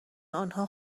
آنها